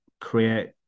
create